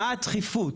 מה הדחיפות?